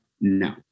no